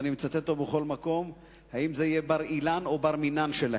ואני מצטט אותו בכל מקום: אם זה יהיה בר-אילן או בר-מינן שלהם.